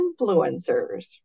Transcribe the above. influencers